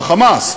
ב"חמאס".